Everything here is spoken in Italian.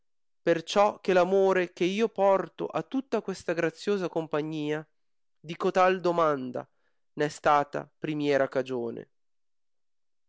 iscusato perciò che l'amore che io porto a tutta questa graziosa compagnia di cotal dimanda n è stata primiera cagione